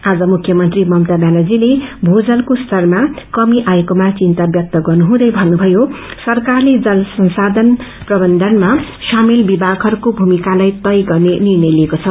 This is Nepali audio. आज मुख्यमंत्री ममता व्यानर्जले भूजलको स्तरामा कमीप्रति चिन्ता व्यक्त गर्नुहँदै भन्नुभयो सरकारले जल संसाधन प्रबन्धनमा समेल विभागहरूको भूमिकालाई तय गर्ने निर्णय लिइएको छ